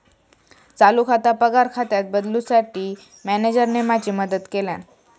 चालू खाता पगार खात्यात बदलूंसाठी मॅनेजरने माझी मदत केल्यानं